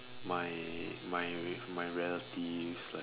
my my my relatives like